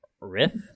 Riff